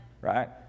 right